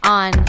on